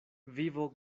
vivo